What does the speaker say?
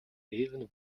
even